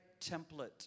template